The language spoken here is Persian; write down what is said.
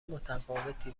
متفاوتی